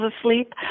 asleep